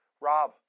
Rob